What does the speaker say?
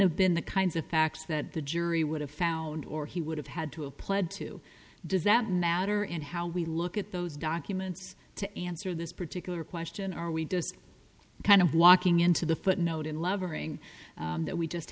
have been the kinds of facts that the jury would have found or he would have had to applaud to does that matter and how we look at those documents to answer this particular question are we decide kind of walking into the footnote in lovering that we just